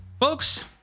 folks